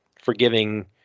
forgiving